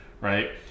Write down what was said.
right